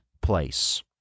place